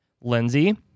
Lindsay